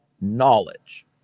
knowledge